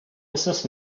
mrs